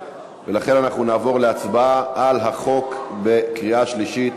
ולכן אנחנו נעבור להצבעה על החוק בקריאה שלישית,